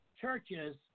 churches